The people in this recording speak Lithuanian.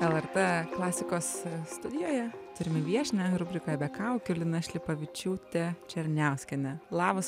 lrt klasikos studijoje turime viešnią rubrikoje be kaukių lina šlepavičiūtė černiauskienė labas